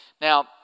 Now